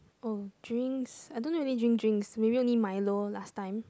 oh drinks I don't really drink drinks maybe only milo last time